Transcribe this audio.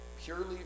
Purely